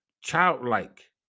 childlike